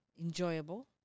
enjoyable